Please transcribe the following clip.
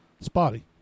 spotty